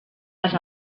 les